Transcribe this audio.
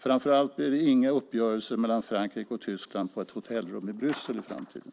Framför allt blir det inga uppgörelser mellan Frankrike och Tyskland på ett hotellrum i Bryssel i framtiden.